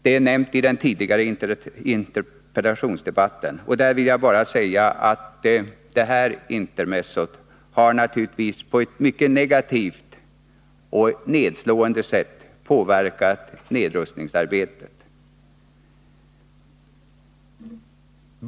Det nämndes i den tidigare interpellationsdebatten, och jag vill här bara notera att intermezzot med den sovjetiska ubåten naturligtvis har påverkat nedrust ningsarbetet på ett mycket negativt och nedslående sätt.